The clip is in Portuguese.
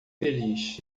feliz